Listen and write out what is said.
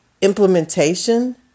implementation